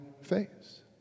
face